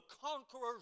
conquerors